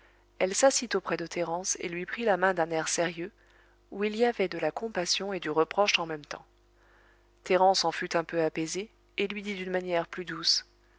elle s'assit auprès de thérence et lui prit la main d'un air sérieux où il y avait de la compassion et du reproche en même temps thérence en fut un peu apaisée et lui dit d'une manière plus douce